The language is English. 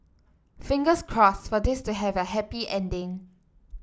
fingers crossed for this to have a happy ending